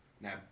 Now